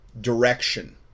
direction